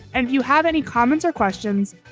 and if you have any comments or questions,